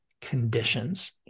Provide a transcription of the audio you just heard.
conditions